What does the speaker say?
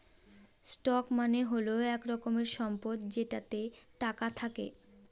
stock মানে হল এক রকমের সম্পদ যেটাতে টাকা থাকে